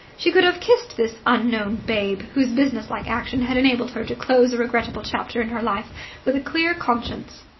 she could have kissed this unknown babe whose businesslike action had enabled her to close a regrettable chapter in her life with a clear conscience.